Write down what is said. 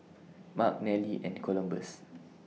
Mark Nelly and Columbus